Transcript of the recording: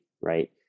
right